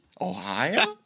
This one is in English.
Ohio